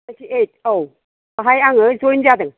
ninety eight औ बेवहाय आङो जइन जादों